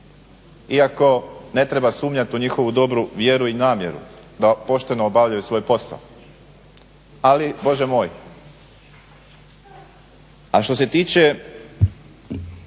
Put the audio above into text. iako ne treba sumnjati u njihovu dobru vjeru i namjeru da pošteno obavljaju svoj posao, ali Bože moj. Ali što se tiče